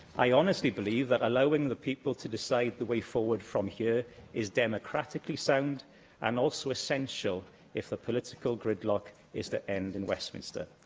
i honestly believe that allowing the people to decide the way forward from here is democratically sound and also essential if the political gridlock is to end in westminster.